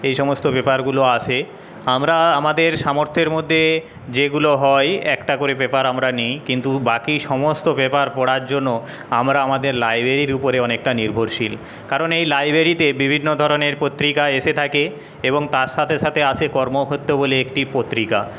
এইসমস্ত পেপারগুলো আসে আমরা আমাদের সামর্থ্যের মধ্যে যেগুলো হয় একটা করে পেপার আমরা নিই কিন্তু বাকি সমস্ত পেপার পড়ার জন্য আমরা আমাদের লাইব্রেরির উপরে অনেকটা নির্ভরশীল কারণ এই লাইব্রেরিতে বিভিন্ন ধরণের পত্রিকা এসে থাকে এবং তার সাথে সাথে আসে কর্মক্ষেত্র বলে একটি পত্রিকা